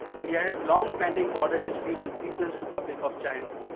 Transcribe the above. india has long pending border dispute with peoples republic of china.